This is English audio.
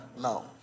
No